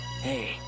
Hey